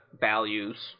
values